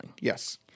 Yes